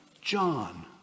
John